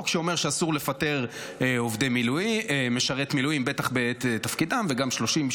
שאומר שאסור לפטר משרת מילואים בטח בעת תפקידם וגם 30,